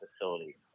facility